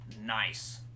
nice